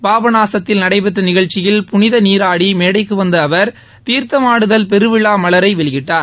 பாபநாசத்தில் நடைபெற்ற நிகழ்ச்சியில் புனித நீராடி மேடைக்கு வந்த அவர் தீர்த்தமாடுதல் பெருவிழா மலரை வெளியிட்டார்